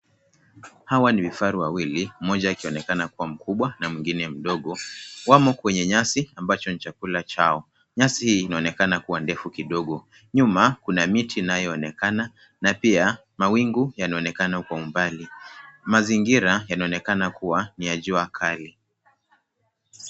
Hawa ni vifaru wawili mmoja akionekana kuwa mkubwa na mwingine mdogo wamo kwenye nyasi ambacho ni chakula chao nyasi inaonekana kuwa ndefu kidogo nyuma kuna miti inayo onekana na pia mawingu yanaonekana kwa umbali. Mazingira yanaonekana kuwa ni ya jua kali.